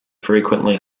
frequently